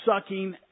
sucking